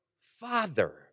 Father